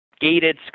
gated